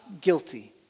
guilty